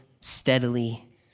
steadily